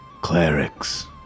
Clerics